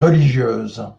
religieuses